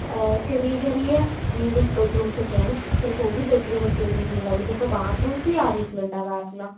ചെറിയ ചെറിയ വീടും ബെഡ്റൂംസും ഒക്കെയാണ് ചിലപ്പോൾ ഒരു ബെഡ്റൂമക്കെ ഒരു വീട്ടിലിണ്ടാവൊള്ളൂ ചിലപ്പോൾ ബാത്റൂംസേ ആ വീട്ടിലിണ്ടാവാറില്ല